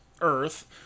Earth